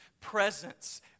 presence